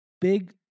Big